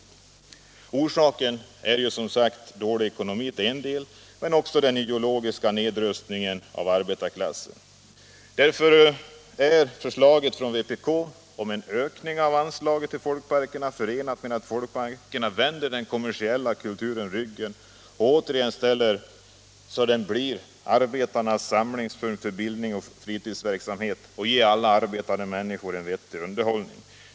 Orsaken är som sagt delvis dålig ekonomi men också en ideologisk nedrustning av arbetarklassen. Därför är förslaget från vpk om en ökning av anslaget till folkparkerna förenat med kravet att folkparkerna vänder den kommersiella kulturen ryggen och återigen blir arbetarnas samlingspunkt för bildning och fritidsverksamhet och ger alla arbetande människor en vettig underhållning.